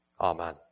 Amen